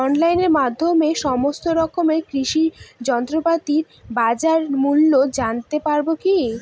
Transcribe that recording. অনলাইনের মাধ্যমে সমস্ত রকম কৃষি যন্ত্রপাতির বাজার মূল্য জানতে পারবো কি?